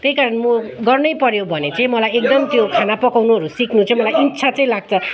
त्यहीकारण म गर्नैपऱ्यो भने चाहिँ मलाई एकदम त्यो खाना पकाउनुहरू सिक्नु चाहिँ मलाई इच्छा चाहिँ लाग्छ